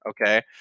Okay